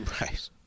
Right